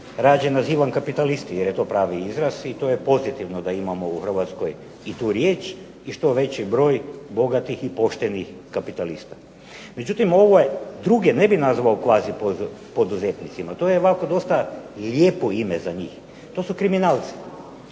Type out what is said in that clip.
radije nazivam kapitalisti, jer je to pravi izraz i to je pozitivno da imamo u Hrvatskoj i tu riječ i što veći broj poštenih i bogatih kapitalista. Međutim, ove druge ne bih nazvao kvazi poduzetnicima. To je ovako dosta lijepo ime za njih. To su kriminalci